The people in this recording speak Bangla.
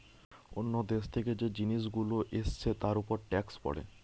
অন্য দেশ থেকে যে জিনিস গুলো এসছে তার উপর ট্যাক্স পড়ে